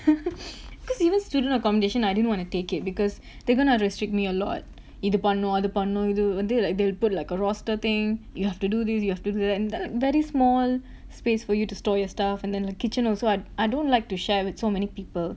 cause even student accommodation I didn't want to take it because they're going to restrict me a lot இது பண்ணும் அது பண்ணும் இது வந்து:ithu pannum athu pannum ithu vanthu like they would put like a roster thing you have to do this you have to do that and that is very small space for you to store your stuff and then like kitchen also I I don't like to share with so many people